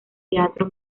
teatro